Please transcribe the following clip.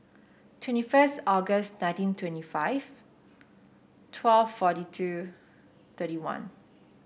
twenty first August nineteen twenty five twelve forty two thirty one